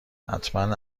حتما